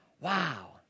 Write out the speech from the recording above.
Wow